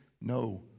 no